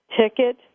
Ticket